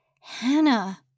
Hannah